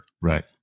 Right